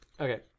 Okay